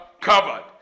covered